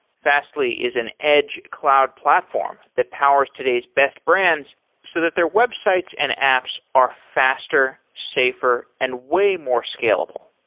fastly is an edge cloud platform that powers today's best brands so that their websites and apps are faster, safer and way more scalable.